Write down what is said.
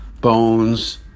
Bones